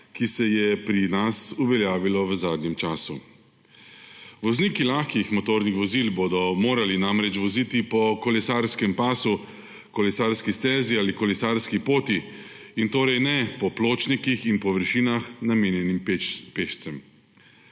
ki se je pri nas uveljavilo v zadnjem času. Vozniki lahkih motornih vozil bodo morali namreč voziti po kolesarskem pasu, kolesarski stezi ali kolesarski poti in ne po pločnikih in površinah, namenjenih pešcem.